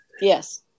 Yes